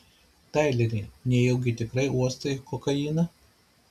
taileri nejaugi tikrai uostai kokainą